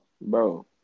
Bro